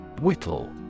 Whittle